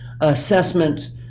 assessment